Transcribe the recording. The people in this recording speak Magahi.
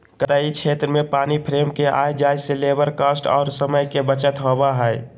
कताई क्षेत्र में पानी फ्रेम के आय जाय से लेबर कॉस्ट आर समय के बचत होबय हय